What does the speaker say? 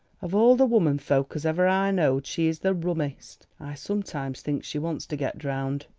of all the woman folk as ever i knowed she is the rummest. i sometimes thinks she wants to get drowned.